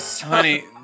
Honey